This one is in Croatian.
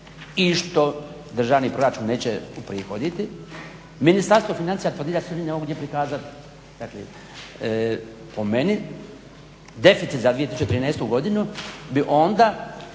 i što državni proračun neće uprihoditi Ministarstvo financija tvrdi sa su oni ga ovdje prikazali. Dakle, po meni deficit za 2013.godinu bi onda